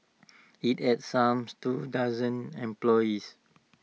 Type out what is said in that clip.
IT had some two dozen employees